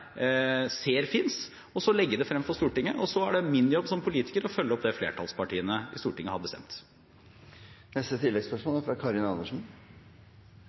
ser finnes, og så legge det frem for Stortinget. Så er det min jobb som politiker å følge opp det flertallspartiene i Stortinget har